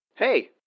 Hey